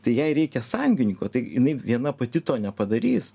tai jei reikia sąjungininko tai jinai viena pati to nepadarys